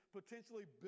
potentially